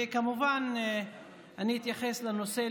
וכמובן אני אתייחס לנושא,